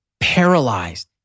paralyzed